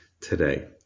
today